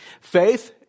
faith